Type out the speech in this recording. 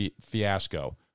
fiasco